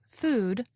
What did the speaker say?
food